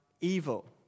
evil